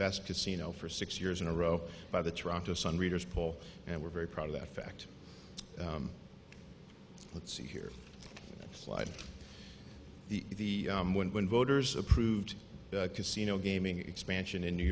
best casino for six years in a row by the toronto sun readers poll and we're very proud of that fact let's see here slide the when voters approved casino gaming expansion in new